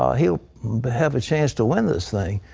ah he'll but have a chance to win this thing.